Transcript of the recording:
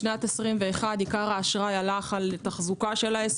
בשנת 21' עיקר האשראי הלך על תחזוקה של העסק,